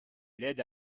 l’aide